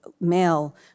male